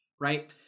Right